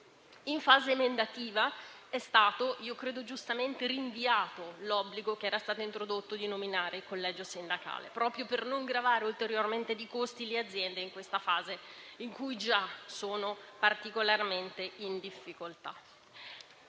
In fase emendativa è stato rinviato, a mio avviso giustamente, l'obbligo che era stato introdotto di nominare il collegio sindacale, proprio per non gravare ulteriormente di costi le aziende in una fase in cui già sono particolarmente in difficoltà.